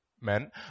men